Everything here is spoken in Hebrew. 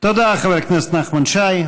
תודה, חבר הכנסת נחמן שי.